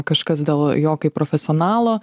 kažkas dėl jo kaip profesionalo